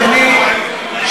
אדוני,